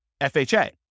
FHA